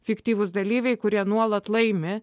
fiktyvūs dalyviai kurie nuolat laimi